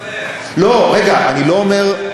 אתה טועה, רגע, אני לא אומר,